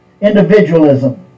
individualism